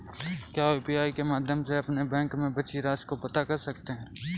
क्या यू.पी.आई के माध्यम से अपने बैंक में बची राशि को पता कर सकते हैं?